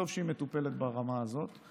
וטוב שהיא מטופלת ברמה הזאת.